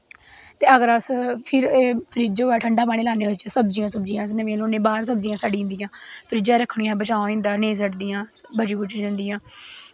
ते अगर अस फिर फ्रिज्ज होऐ अस ठंडा पानी लान्ने ओह्दै च सब्जियां सुब्जियां नमियां लेओने बाह्रा सब्जियां सड़ी जंदियां फ्रिज्जे च रक्खनियां होन नेईं सड़दियां बचाऽ होई जंदा बची बूची जंदियां